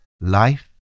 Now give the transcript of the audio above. life